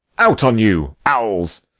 out on you, owls!